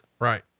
Right